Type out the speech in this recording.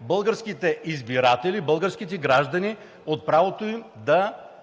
българските избиратели, българските граждани от правото им да